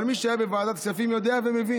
אבל מי שהיה בוועדת הכספים יודע ומבין.